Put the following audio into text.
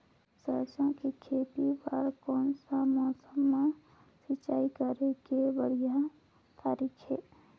सरसो के खेती बार कोन सा समय मां सिंचाई करे के बढ़िया तारीक हे?